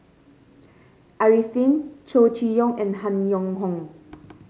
Arifin Chow Chee Yong and Han Yong Hong